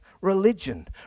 religion